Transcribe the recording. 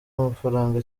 amafaranga